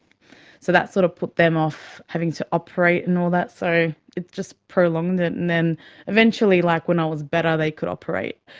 so that sort of put them off having to operate and all that. so it just prolonged it. and then eventually like when i was better they could operate.